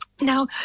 Now